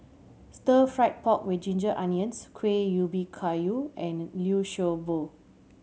Stir Fried Pork With Ginger Onions Kueh Ubi Kayu and Liu Sha Bao